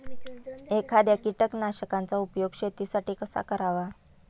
एखाद्या कीटकनाशकांचा उपयोग शेतीसाठी कसा करावा?